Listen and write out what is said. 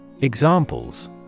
Examples